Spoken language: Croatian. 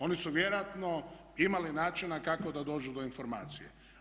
Oni su vjerojatno imali načina kako da dođu do informacije.